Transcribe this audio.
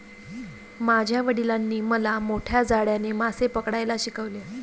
माझ्या वडिलांनी मला मोठ्या जाळ्याने मासे पकडायला शिकवले